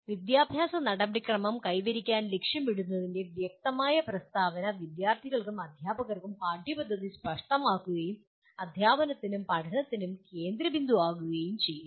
വിദ്യാഭ്യാസ നടപടിക്രമം കൈവരിക്കാൻ ലക്ഷ്യമിടുന്നതിൻ്റെ വ്യക്തമായ പ്രസ്താവന വിദ്യാർത്ഥികൾക്കും അദ്ധ്യാപകർക്കും പാഠ്യപദ്ധതി സ്പഷ്ടമാക്കുകയും അദ്ധ്യാപനത്തിനും പഠനത്തിനും കേന്ദ്രബിന്ദു ആകുകയും ചെയ്യുന്നു